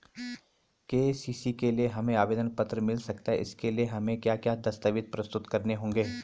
KCC के लिए हमें आवेदन पत्र मिल सकता है इसके लिए हमें क्या क्या दस्तावेज़ प्रस्तुत करने होंगे?